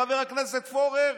חבר הכנסת פורר.